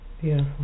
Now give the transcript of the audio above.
Beautiful